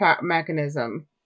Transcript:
mechanism